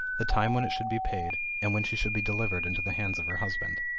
the time when it should be paid, and when she should be delivered into the hands of her husband.